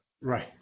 right